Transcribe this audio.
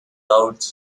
route